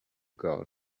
girl